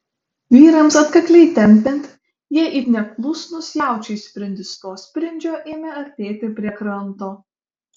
vyrams atkakliai tempiant jie it neklusnūs jaučiai sprindis po sprindžio ėmė artėti prie kranto